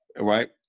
right